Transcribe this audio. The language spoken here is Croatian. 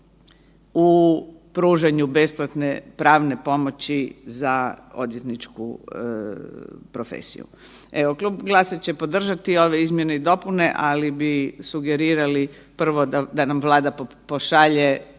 u pružanju besplatne pravne pomoći za odvjetničku profesiju. Evo, Klub GLAS-a će podržati ove izmjene i dopune, ali bi sugerirali prvo da nam Vlada pošalje